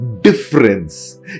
difference